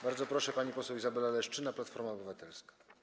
Bardzo proszę, pani poseł Izabela Leszczyna, Platforma Obywatelska.